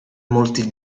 molti